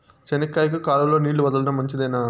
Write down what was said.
చెనక్కాయకు కాలువలో నీళ్లు వదలడం మంచిదేనా?